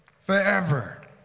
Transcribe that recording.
forever